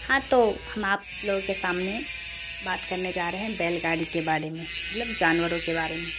ہاں تو ہم آپ لوگوں کے سامنے بات کرنے جا رہے ہیں بیل گاڑی کے بارے میں مطلب جانوروں کے بارے میں